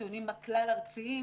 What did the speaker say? מהציונים הכלל-ארציים,